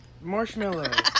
Marshmallow